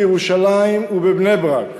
בירושלים ובבני-ברק.